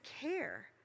care